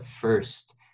first